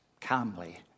calmly